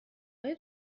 آیا